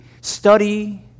study